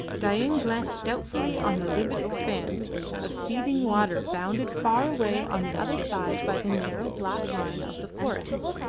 dain glanced doubtfully on the livid expanse of seething water bounded far away on the other side by the narrow black line of the forests.